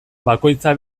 bakoitza